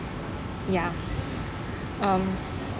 ya um